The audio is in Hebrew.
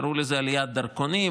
קראו לזה "עליית דרכונים".